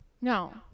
No